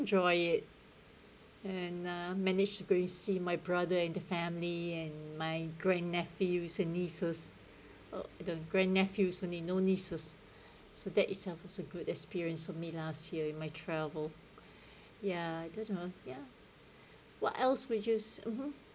enjoy it and uh managed to go and see my brother and family and my grand nephews and nieces or the grand nephews no nieces so that itself was a good experience for me last year in my travel ya did all ya what else did you (uh huh)